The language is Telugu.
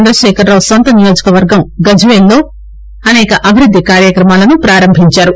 చంద్రశేఖర్రావు సొంత నియోజకవర్గం గజ్వెల్లో అనేక అభివృద్ది కార్యక్రమాలను పారంభించారు